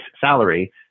salary